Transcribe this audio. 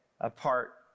apart